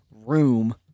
room